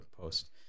post